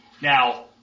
Now